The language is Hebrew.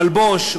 מלבוש,